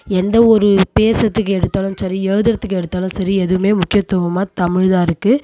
எந்தவொரு பேசுகிறத்துக்கு எடுத்தாலும் சரி எழுதுறதுக்கு எடுத்தாலும் சரி எதுவும் முக்கியத்துவமாக தமிழ்தான் இருக்குது